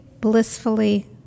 blissfully